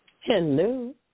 Hello